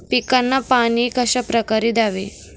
पिकांना पाणी कशाप्रकारे द्यावे?